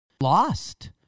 lost